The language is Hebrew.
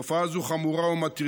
זו תופעה זו חמורה ומטרידה,